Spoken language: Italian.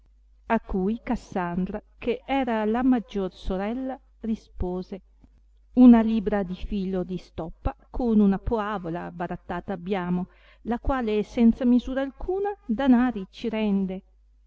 a cui cassandra che era la maggior sorella rispose una libra di filo di stoppa con una poavola barattata abbiamo la quale senza misura alcuna danari ci rende